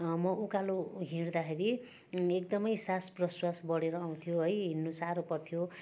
म उकालो हिँड्दाखेरि एकदमै सास प्रश्वास बढेर आउँथ्यो है हिँड्नु साह्रो पर्थ्यो